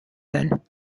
then